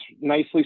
nicely